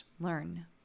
learn